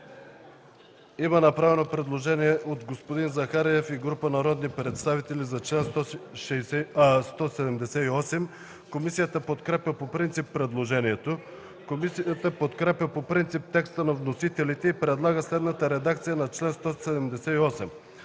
Има направено предложение от Мартин Захариев и група народни представители за чл. 178. Комисията подкрепя по принцип предложението. Комисията подкрепя по принцип текста на вносителите и предлага следната редакция на чл. 178: